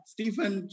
Stephen